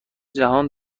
جهان